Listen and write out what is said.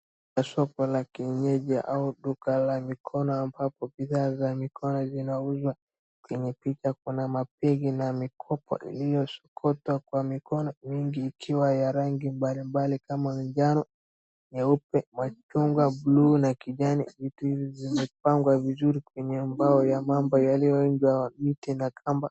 Soko la kienyeji au duka la mikono ambapo bidhaa za mikono zinauzwa. Kwenye picha kuna mapegi na mikopo iliyosokotwa kwa mikono, nyingi ikiwa ya rangi mbalimbali kama manjano, nyeupe, mwechunga, blue na kijani. Vitu hivi vimepangwa vizuri kwenye mbao ya mambo yaliyoinje na miti na kamba.